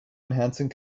enhancing